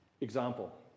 Example